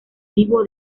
vivo